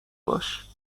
باش